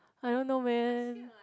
I don't know man